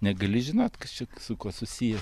negali žinot kas čia su kuo susiję